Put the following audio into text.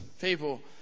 people